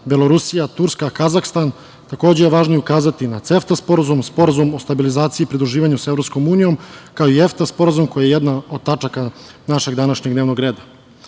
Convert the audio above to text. Belorusija, Turska, Kazahstan. Takođe je važno ukazati na CEFTA sporazum, Sporazum o stabilizaciji i pridruživanju sa EU, kao i EFTA sporazum koji je jedna od tačaka našeg današnjeg dnevnog